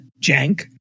jank